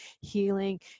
healing